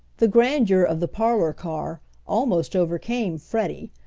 the grandeur of the parlor car almost overcame freddie,